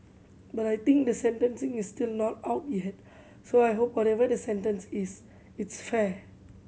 but I think the sentencing is still not out yet so I hope whatever the sentence is it's fair